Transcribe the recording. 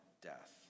death